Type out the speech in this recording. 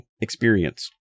experience